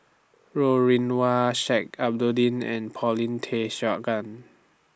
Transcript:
Ro Rih Hwa Sheik Alau'ddin and Paulin Tay Straughan